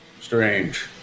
strange